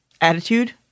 attitude